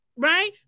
right